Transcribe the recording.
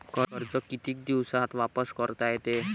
कर्ज कितीक दिवसात वापस करता येते?